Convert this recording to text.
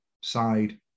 side